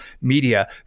media